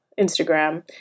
Instagram